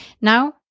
Now